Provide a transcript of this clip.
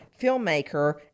filmmaker